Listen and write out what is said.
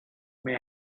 may